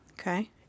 Okay